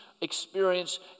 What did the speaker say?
experience